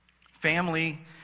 Family